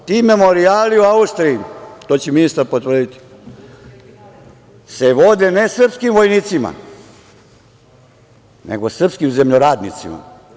Ti memorijali u Austriji, to će ministar potvrditi, se vode ne srpskim vojnicima, nego srpskim zemljoradnicima.